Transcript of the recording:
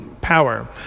power